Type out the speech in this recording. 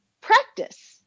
practice